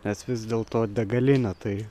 nes vis dėlto degalinė tai